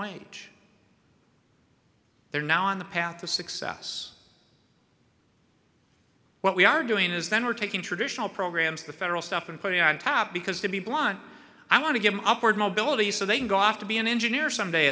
wage they're now on the path to success what we are doing is that we're taking traditional programs the federal stuff and put it on top because to be blunt i want to give an upward mobility so they can go off to be an engineer s